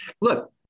Look